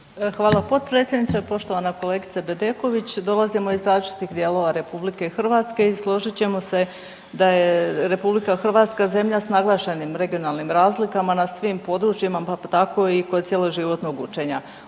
Hvala potpredsjedniče. Poštovana kolegice Bedeković, dolazimo iz različitih dijelova RH i složit ćemo se da je RH zemlja s naglašenim regionalnim razlikama na svim područjima pa tako i kod cjeloživotnog učenja.